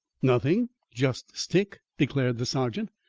nothing just stick, declared the sergeant.